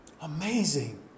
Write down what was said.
Amazing